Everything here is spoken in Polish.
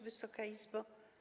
Wysoka Izbo!